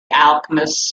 alchemists